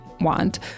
want